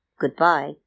Goodbye